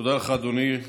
תודה לך, אדוני.